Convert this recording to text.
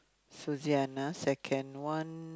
Suzanna second one